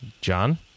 John